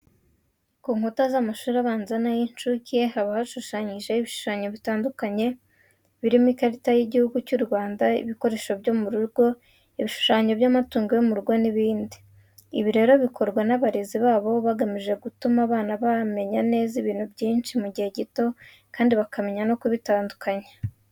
Ku nkuta z'amashuri abanza n'ay'incuke haba hashushanyijeho ibishushanyo bitandukanye. Birimo ikarita y'Igihugu cy'u Rwanda, ibikoresho byo mu rugo, ibishushanyo by'amatungo yo mu rugo n'ibindi. Ibi rero bikorwa n'abarezi babo bagamije gutuma aba bana bamenya ibintu byinshi mu gihe gito kandi bakamenya no kubitandukanya.